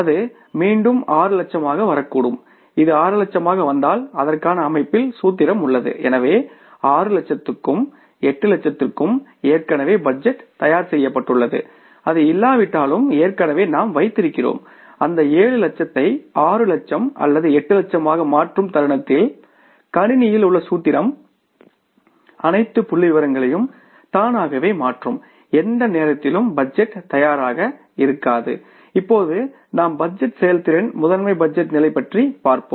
அது மீண்டும் 6 லட்சமாக வரக்கூடும் இது 6 லட்சமாக வந்தால் அதற்கான அமைப்பில் சூத்திரம் உள்ளது எனவே 6 லட்சத்துக்கும் 8 லட்சத்துக்கும் ஏற்கனவே பட்ஜெட் தயார் செய்யப்பட்டுள்ளது அது இல்லாவிட்டாலும் ஏற்கனவே நாம் வைத்திருக்கிறோம் அந்த 7 லட்சத்தை 6 லட்சம் அல்லது 8 லட்சமாக மாற்றும் தருணத்தில் கணினியில் உள்ள சூத்திரம் அனைத்து புள்ளிவிவரங்களையும் தானாகவே மாற்றும் எந்த நேரத்திலும் பட்ஜெட் தயாராக இருக்காது இப்போது நாம் பட்ஜெட் செயல்திறன் மாஸ்டர் பட்ஜெட் நிலை பற்றிப்பார்ப்போம்